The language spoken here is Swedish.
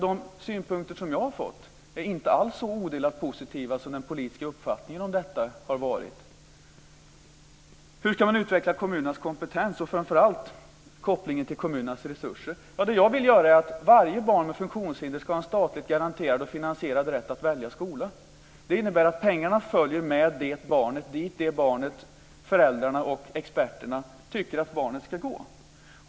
De synpunkter som jag har fått är inte alls så odelat positiva som den politiska uppfattningen om detta har varit. Hur ska man utveckla kommunernas kompetens och framför allt kopplingen till kommunernas resurser? Jag vill att varje barn med funktionshinder ska ha en statligt garanterad och finansierad rätt att välja skola. Det innebär att pengarna följer med barnet dit som det självt, föräldrarna och experterna tycker att barnet ska gå.